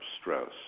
stress